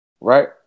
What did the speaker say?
right